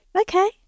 okay